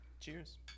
Cheers